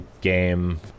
game